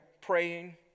praying